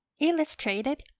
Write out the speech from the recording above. illustrated